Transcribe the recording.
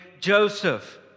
Joseph